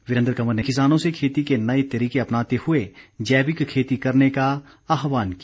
वीरेंद्र कंवर ने किसानों से खेती के नए तरीके अपनाते हुए जैविक खेती करने का आहवान किया